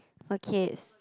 okay